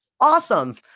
Awesome